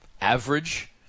average